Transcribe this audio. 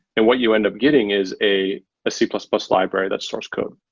and what you end up getting is a ah c plus plus library that source code.